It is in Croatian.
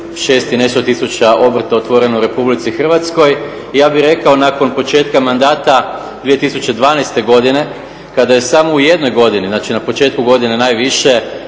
i 6 i nešto tisuća obrta otvoreno u Republici Hrvatskoj. I ja bih rekao nakon početka mandata 2012. godine kada je samo u jednoj godini, znači na početku godine najviše